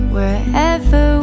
Wherever